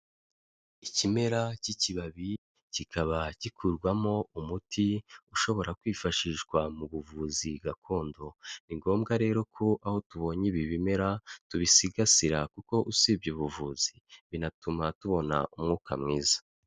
Ikimera cy'ikibabi kikaba gikurwamo umuti ushobora kwifashishwa mu buvuzi gakondo, ni ngombwa rero ko aho tubonye ibi bimera tubisigasira kuko usibye ubuvuzi binatuma tubona umwuka mwiza.